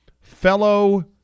fellow